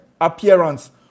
appearance